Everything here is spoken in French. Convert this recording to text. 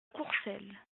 courcelles